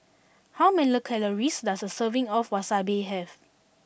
how many calories does a serving of Wasabi have